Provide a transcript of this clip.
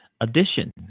addition